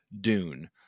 Dune